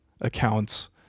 accounts